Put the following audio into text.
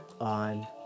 on